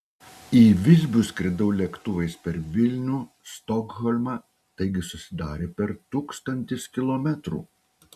į visbių skridau lėktuvais per vilnių stokholmą taigi susidarė per tūkstantis kilometrų